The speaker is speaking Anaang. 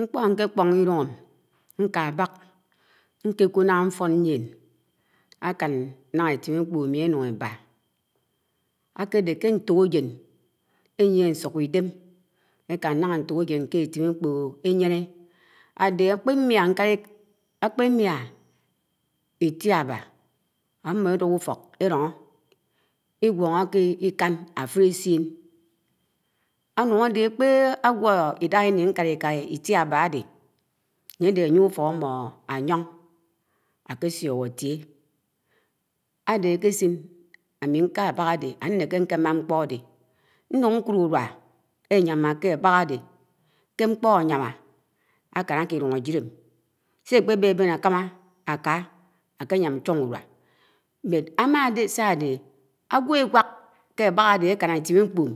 Ñkpo̱ ñke kpo̱ho̱ iñum ñka ãbak nkẽkúd a. ãnye afo̱n ȳien ākan ña Ētim ami enun eba, akede ke ñto̱kejeṉ ekan nah ñtokejen ké Ētim ẽkpo̱ eyene ade akpemia, ìtiãba, ãmmo̱ ãduk ũfo̱k elo̱ho̱, ígwo̱ho̱ké ikan afuri esien. Anun ade ãkpeguo̱ ídaha iñi ñkalikã ítìaba ãde, ãnye ãde ãyie ũfo̱k ãmmo̱ ãyo̱n ãkẽsio̱k ãtie, ãde ãkesin ami ñka Abak ãde, ãneke ñkema ñkpo̱ ãde, ñun ñkud ũru̱a eyama ké Abak ade, ké ñkpo ãyama ãkan ãke līung ãjid sẽ nkpe be̱ben akama ãka ãkeyãm̱ ñcho̱n ũrua. ãgwo̱ ẽwak ké Abãk áde èkan Ētim ãmi,